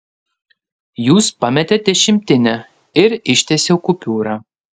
jūs pametėt dešimtinę ir ištiesiau kupiūrą